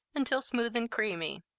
until smooth and creamy.